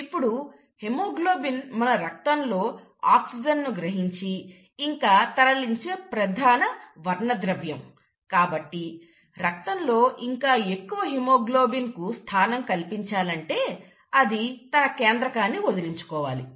ఇప్పుడు హెమోగ్లోబిన్ మన రక్తంలో లో ఆక్సిజన్ ను గ్రహించి ఇంకా తరలించే ప్రధాన వర్ణద్రవ్యం కాబట్టి రక్తంలో ఇంకా ఎక్కువ హెమోగ్లోబిన్ కు స్థానం కల్పించాలంటే అది తన కేంద్రకాన్ని వదిలించుకోవాలి